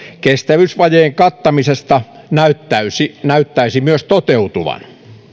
kestävyysvajeen kattamisesta näyttäisi näyttäisi myös toteutuvan